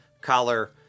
collar